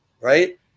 right